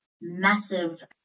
massive